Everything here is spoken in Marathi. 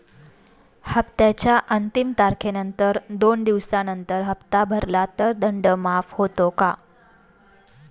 हप्त्याच्या अंतिम तारखेनंतर दोन दिवसानंतर हप्ता भरला तर दंड माफ होतो का?